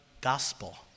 gospel